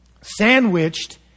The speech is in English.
sandwiched